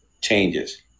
changes